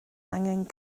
angen